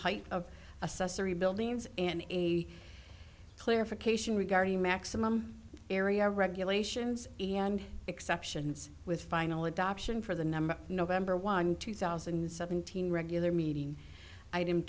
height of assessor rebuilding roads and a clarification regarding maximum area regulations and exceptions with final adoption for the number november one two thousand and seventeen regular meeting item